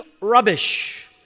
rubbish